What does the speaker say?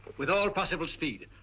with all possible speed.